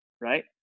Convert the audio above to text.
right